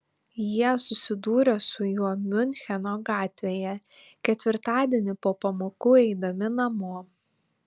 jie susidūrė su juo miuncheno gatvėje ketvirtadienį po pamokų eidami namo